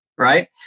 right